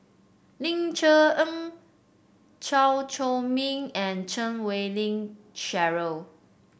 Ling Cher Eng Chew Chor Meng and Chan Wei Ling Cheryl